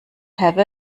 have